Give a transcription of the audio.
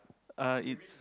uh it's